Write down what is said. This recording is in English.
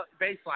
baseline